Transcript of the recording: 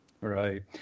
Right